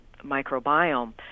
microbiome